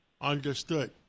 Understood